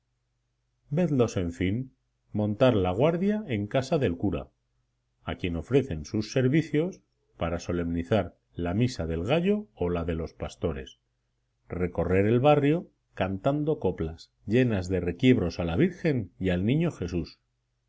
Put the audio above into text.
vedlos en fin montar la guardia en casa del cura a quien ofrecen sus servicios para solemnizar la misa del gallo o la de los pastores recorrer el barrio cantando coplas llenas de requiebros a la virgen y al niño jesús